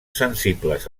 sensibles